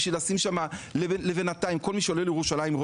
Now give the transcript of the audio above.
כל מי שעולה לירושלים,